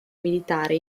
militare